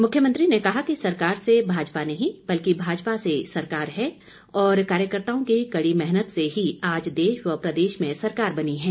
मुख्यमंत्री ने कहा कि सरकार से भाजपा नहीं बल्कि भाजपा से सरकार है और कार्यकर्ताओं की कड़ी मेहनत से ही आज देश व प्रदेश में सरकार बनी है